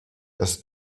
das